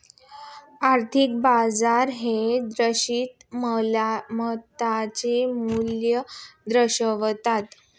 आर्थिक बाजार हे दक्षता मालमत्तेचे मूल्य दर्शवितं